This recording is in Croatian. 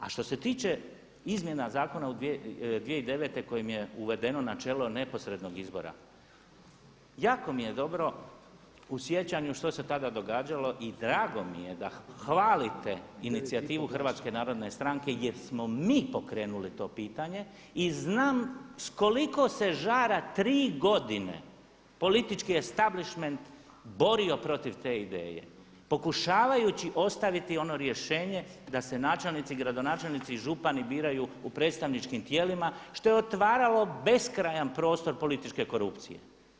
A što se tiče izmjena zakona 2009. kojim je uvedeno načelo neposrednog izbora, jako mi je dobro u sjećanju što se tada događalo i drago mi je da hvalite inicijativu Hrvatske narodne stranke jer smo mi pokrenuli to pitanje i znam s koliko se žara tri godine politički establišment borio protiv te ideje pokušavajući ostaviti ono rješenje da se načelnici, gradonačelnici i župani biraju u predstavničkim tijelima što je otvaralo beskrajan prostor političke korupcije.